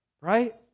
Right